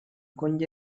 கொஞ்ச